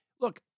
Look